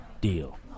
Deal